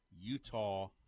Utah